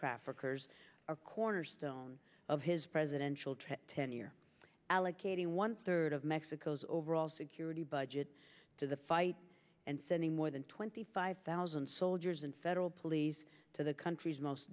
traffickers a cornerstone of his presidential trip ten year allocating one third of mexico's overall security budget to the fight and sending more than twenty five thousand soldiers and federal police to the country's most